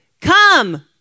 come